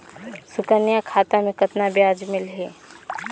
सुकन्या खाता मे कतना ब्याज मिलही?